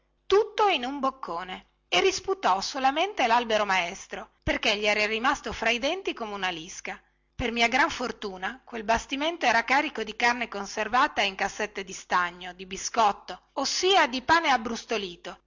tutto in un boccone e risputò solamente lalbero maestro perché gli era rimasto fra i denti come una lisca per mia gran fortuna quel bastimento era carico di carne conservata in cassette di stagno di biscotto ossia di pane abbrostolito